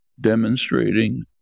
demonstrating